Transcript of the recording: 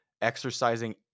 exercising